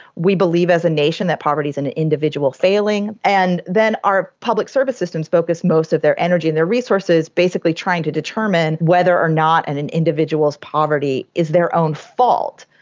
we believe as a nation that poverty is and an individual failing. and then our public service systems focus most of their energy and their resources basically trying to determine whether or not and an individual's poverty is their own fault,